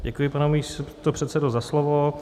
Děkuji, pane místopředsedo, za slovo.